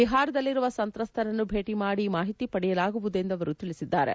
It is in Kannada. ಬಿಹಾರದಲ್ಲಿರುವ ಸಂತ್ರಸ್ತರನ್ನು ಭೇಟಿ ಮಾಡಿ ಮಾಹಿತಿ ಪಡೆಯಲಾಗುವುದು ಎಂದು ಅವರು ತಿಳಿಸಿದ್ದಾರೆ